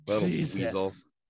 Jesus